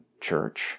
Church